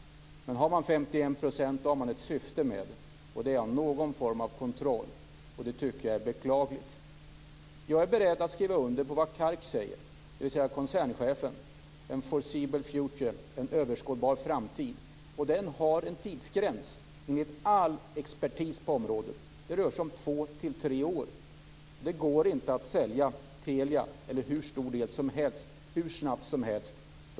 Har man 51 % har man ett syfte. Det är någon form av kontroll, och det är beklagligt. Jag är beredd att skriva under på vad koncernchefen Kark säger, dvs. a foreseeable future, en överskådlig framtid. Enligt all expertis på området har den en tidsgräns, nämligen två tre år. Det går inte att sälja hur stor del av Telia hur snabbt som helst.